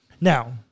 Now